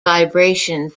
vibration